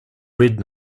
red